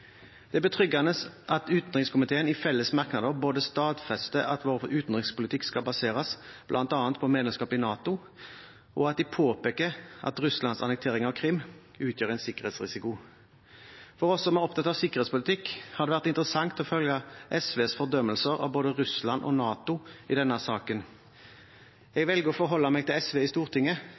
Det er betryggende at utenrikskomiteen i felles merknader stadfester at vår utenrikspolitikk skal baseres bl.a. på medlemskap i NATO, og at de påpeker at Russlands annektering av Krim utgjør en sikkerhetsrisiko. For oss som er opptatt av sikkerhetspolitikk, har det vært interessant å følge SVs fordømmelse av både Russland og NATO i denne saken. Jeg velger å forholde meg til SV i Stortinget,